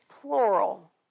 plural